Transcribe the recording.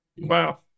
Wow